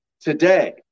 today